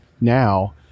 now